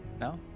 no